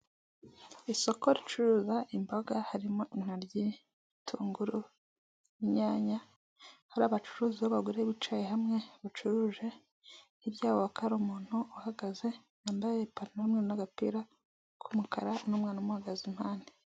Isoko ricuruza imboga harimo: intoryi, ibitunguru, inyanya; hari abacuruzi b'abagore bicaye hamwe bacuruje, hirya yabo hakaba hari umuntu uhagaze wambaye ipantaro y'umweru hamwe n'agapira k'umukara, n'umwana umuhagaze impande.